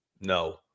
no